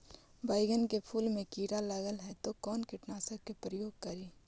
बैगन के फुल मे कीड़ा लगल है तो कौन कीटनाशक के प्रयोग करि?